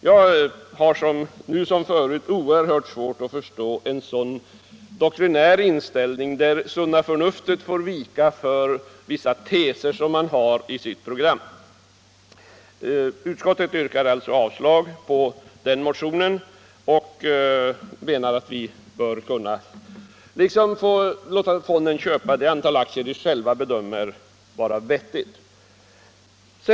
Jag har nu som förut oerhört svårt att förstå en sådan doktrinär inställning, där sunda förnuftet får vika för vissa teser som man har i sitt program. Utskottet yrkar alltså avslag på motionsförslaget och menar att vi bör kunna låta fonden köpa det antal aktier som den själv bedömer vara vettigt.